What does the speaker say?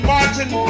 Martin